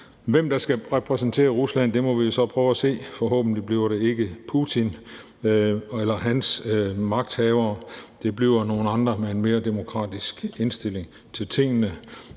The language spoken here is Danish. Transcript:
Hvem der skal repræsentere Rusland, må vi jo så prøve at se. Forhåbentlig bliver det ikke Putin eller hans magthavere, men nogle andre med en mere demokratisk indstilling til tingene.